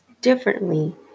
differently